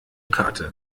karte